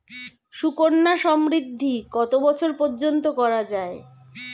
সুকন্যা সমৃদ্ধী কত বয়স পর্যন্ত করা যায়?